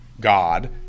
God